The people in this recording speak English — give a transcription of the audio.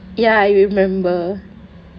ya I remember